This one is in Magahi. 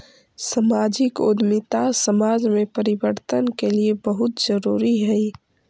सामाजिक उद्यमिता समाज में परिवर्तन के लिए बहुत जरूरी हई